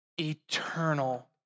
eternal